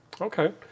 Okay